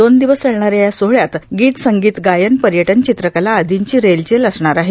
दोन दिवस चालणाऱ्या या सोहळ्यात गीत संगीत गायन पर्यटन चित्रकला आदींची रेलचेल असणार आहे